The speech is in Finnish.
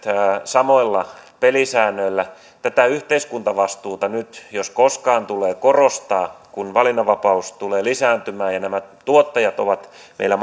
samoilla pelisäännöillä tätä yhteiskuntavastuuta tulee nyt jos koskaan korostaa kun valinnanvapaus tulee lisääntymään ja myöskin nämä tuottajat ovat meillä